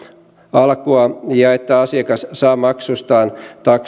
alkua ja että asiakas saa maksustaan